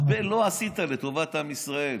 הרבה לא עשית לטובת עם ישראל,